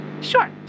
Sure